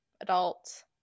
adult